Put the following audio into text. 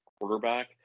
quarterback